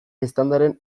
eztandaren